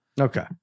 Okay